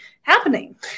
happening